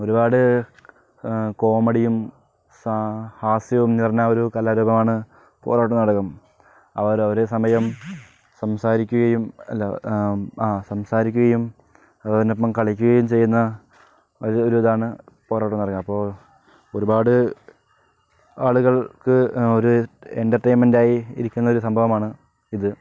ഒരുപാട് കോമഡിയും ഹാസ്യവും നിറഞ്ഞ ഒരു കലാരൂപമാണ് പൊറാട്ട് നാടകം അവർ ഒരേ സമയം സംസാരിക്കുകയും അല്ല ആ സംസാരിക്കുകയും അതോടൊപ്പം കളിക്കുകയും ചെയ്യുന്ന ഒരു ഒരിതാണ് പൊറാട്ട് നാടകം അപ്പോൾ ഒരുപാട് ആളുകൾക്ക് ഒരു എൻ്റർറ്റൈൻമെന്റായി ഇരിക്കുന്ന ഒരു സംഭവമാണ് ഇത്